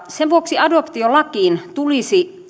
sen vuoksi adoptiolakiin tulisi